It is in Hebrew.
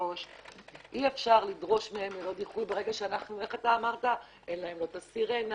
אי אפשר לדרוש מהם ללא דיחוי כי אין להם סירנה,